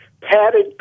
padded